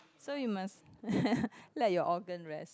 so you must let your organ rest